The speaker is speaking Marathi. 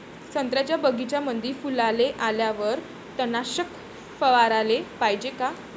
संत्र्याच्या बगीच्यामंदी फुलाले आल्यावर तननाशक फवाराले पायजे का?